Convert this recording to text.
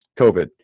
COVID